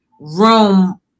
room